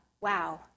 wow